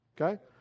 okay